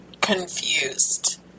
confused